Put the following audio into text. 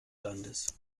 landes